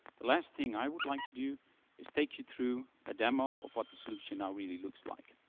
the last thing i would like to do is take you through a demo of what the solution now really looks like.